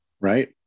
Right